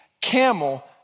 camel